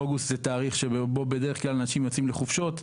אוגוסט זה תאריך שבו בדרך כלל אנשים יוצאים לחופשות,